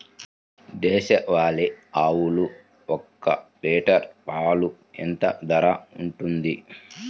దేశవాలి ఆవులు ఒక్క లీటర్ పాలు ఎంత ధర ఉంటుంది?